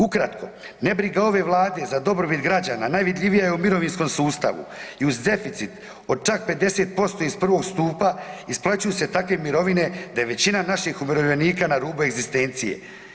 Ukratko, nebriga ove Vlade za dobrobit građana najvidljivija je u mirovinskom sustavu i uz deficit od čak 50% iz I. stupa, isplaćuju se takve mirovine da je većina naših umirovljenika na rubu egzistencije.